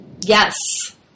Yes